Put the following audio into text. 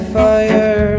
fire